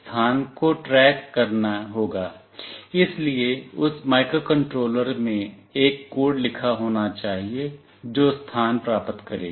स्थान को ट्रैक करना होगा इसलिए उस माइक्रोकंट्रोलर में एक कोड लिखा होना चाहिए जो स्थान प्राप्त करेगा